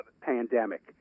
pandemic